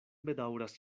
bedaŭras